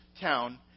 town